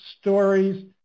stories